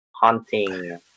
hunting